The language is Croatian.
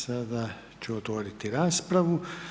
Sada ću otvoriti raspravu.